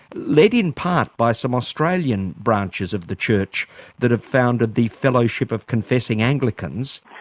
led in part by some australian branches of the church that have founded the fellowship of confessing anglicans?